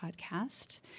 podcast